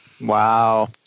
Wow